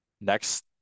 next